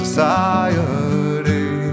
Society